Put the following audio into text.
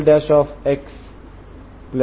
మీరు ఒక సాధారణ పరిష్కారాన్ని కనుగొనగలరు